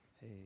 Hey